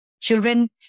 children